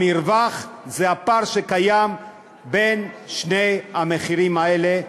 המרווח זה הפער בין שני המחירים האלה,